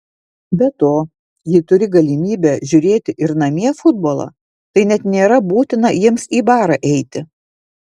be to jei turi galimybę žiūrėti ir namie futbolą tai net nėra būtina jiems į barą eiti